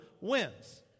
wins